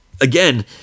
Again